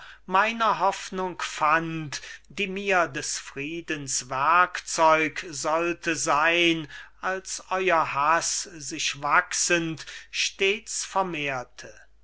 meiner hoffnung pfand die mir des friedens werkzeug sollte sein als euer haß sich wachsend stets vermehrte